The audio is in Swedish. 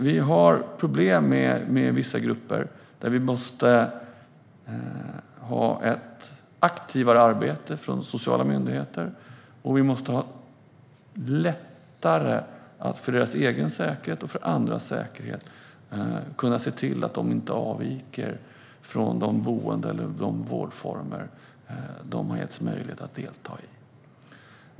Vi har problem med vissa grupper i vilka vi måste ha ett aktivare arbete från sociala myndigheter. För deras egen och för andras säkerhet måste vi se till att de inte avviker från boenden eller de vårdformer som de har getts möjlighet att delta i.